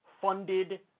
funded